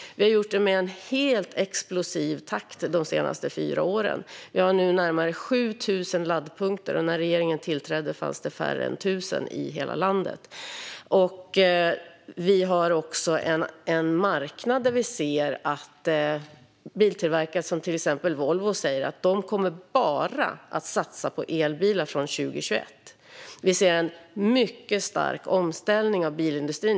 Vi har gjort det i en explosiv takt under de senaste fyra åren. Nu har vi närmare 7 000 laddpunkter. När regeringen tillträdde fanns det färre än 1 000 i hela landet. Vi hör också att biltillverkare på marknaden, till exempel Volvo, säger att de från 2021 bara kommer att satsa på elbilar. Omställningen av bilindustrin är mycket omfattande.